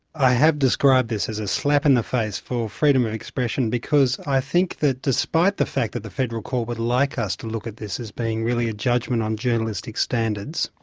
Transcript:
i have described this as a slap in the face for freedom of expression because i think that despite the fact that the federal court would like us to look at this as being really a judgement on journalistic standards,